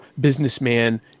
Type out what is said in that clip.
businessman